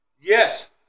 Yes